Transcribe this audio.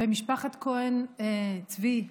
ומשפחת כהן צבי,